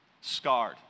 scarred